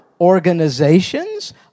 organizations